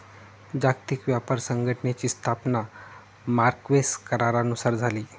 जागतिक व्यापार संघटनेची स्थापना मार्क्वेस करारानुसार झाली